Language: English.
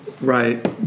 Right